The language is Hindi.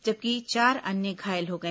जबकि चार अन्य घायल हो गए